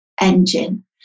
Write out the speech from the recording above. engine